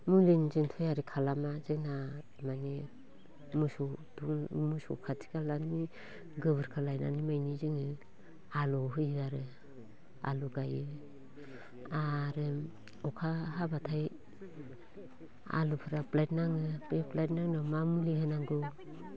मुलिनिजों थयारि खालामा जोंहा माने मोसौ मोसौ खाथि खालानि गोबोरखो लायनानैनो मानि जोङो आलुआव होयो आरो आलु गायो आरो अखा हाब्लाथाय आलुफोरा ब्लेद नाङो बे ब्लेद नांनायावनो मा मुलि होनांगौ